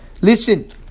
Listen